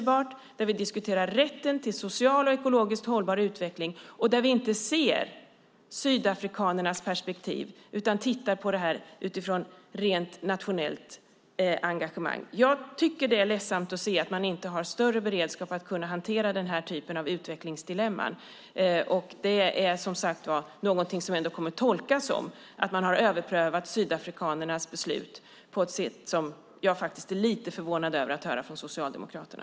Man ska inte diskutera rätten till social och ekologisk utveckling och inte se sydafrikanernas perspektiv utan se detta som ett rent nationellt engagemang. Jag tycker att det är ledsamt att se att man inte har större beredskap att hantera den här typen av utvecklingsdilemman. Detta kommer som sagt att tolkas som att man har överprövat sydafrikanernas beslut, och jag är lite förvånad över att höra detta från Socialdemokraterna.